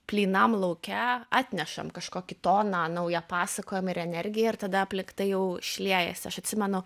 plynam lauke atnešam kažkokį toną naują pasakojimą ir energiją ir tada aplink tai jau šliejasi aš atsimenu